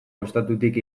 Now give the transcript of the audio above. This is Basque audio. ostatutik